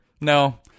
No